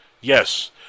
Yes